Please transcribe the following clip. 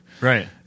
Right